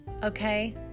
Okay